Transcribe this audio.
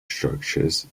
structures